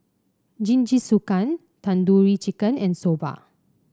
Jingisukan Tandoori Chicken and Soba